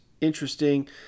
interesting